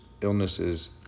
illnesses